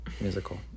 musical